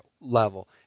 level